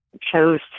chose